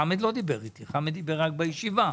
חמד לא דיבר איתי; הוא דיבר רק בישיבה.